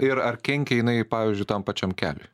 ir ar kenkia jinai pavyzdžiui tam pačiam keliui